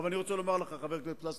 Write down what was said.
אני רוצה לומר לך, חבר הכנסת פלסנר,